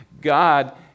God